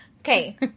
Okay